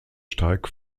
steig